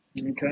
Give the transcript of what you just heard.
Okay